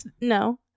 no